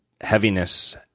heaviness